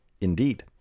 Indeed